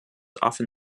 often